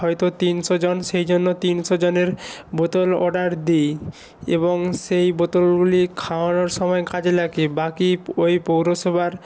হয়তো তিনশো জন সেই জন্য তিনশো জনের বোতল অর্ডার দিই এবং সেই বোতলগুলি খাওয়ানোর সময় কাজে লাগে বাকি ওই পৌরসভার